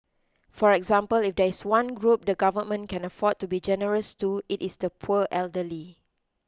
for example if there is one group the Government can afford to be generous to it is the poor elderly